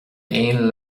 aon